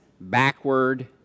backward